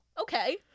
okay